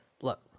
look